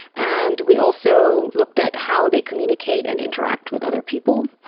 and we also looked at how they communicate and interact with other people,